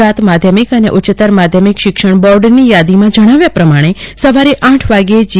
ગુજરાત માધ્યમિક અને ઉચ્ચત્તર માધ્યમિક શિક્ષણ બોર્ડની યાદીમાં જણાવ્યા પ્રમાણે સવારે આઠ વાગ્યે જી